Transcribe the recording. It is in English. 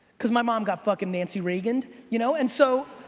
cause my mom got fucking nancy reagan-ed you know, and so,